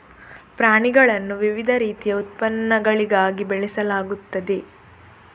ಪ್ರಾಣಿಗಳನ್ನು ವಿವಿಧ ರೀತಿಯ ಉತ್ಪನ್ನಗಳಿಗಾಗಿ ಬೆಳೆಸಲಾಗುತ್ತದೆ